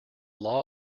law